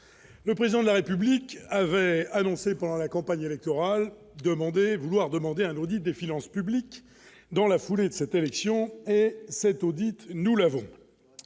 le président de la République avait annoncé pendant la campagne électorale, vouloir demander un audit des finances publiques dans la foulée de cette élection, cet auditeur, nous l'avons